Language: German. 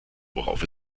worauf